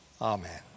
Amen